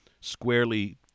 squarely